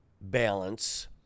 balance